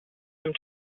some